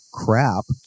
crap